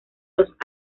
los